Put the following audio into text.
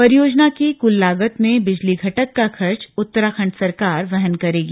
परियोजना की कुल लागत में बिजली घटक का खर्च उत्तराखंड सरकार वहन करेगी